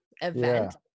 event